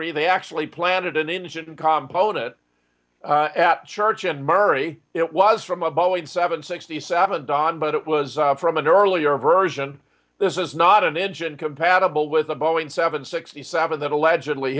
y they actually planted an engine compote it at church and murray it was from a boeing seven sixty seven don but it was from an earlier version this is not an engine compatible with a boeing seven sixty seven that allegedly